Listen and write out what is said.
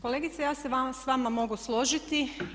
Kolegice ja se s vama mogu složiti.